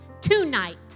tonight